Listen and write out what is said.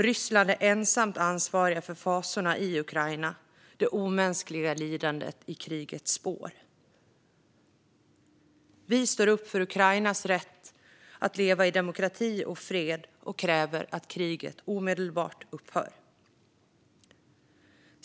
Ryssland är ensamt ansvarigt för fasorna i Ukraina, det omänskliga lidandet i krigets spår. Vi står upp för Ukrainas rätt att leva i demokrati och fred och kräver att kriget omedelbart upphör.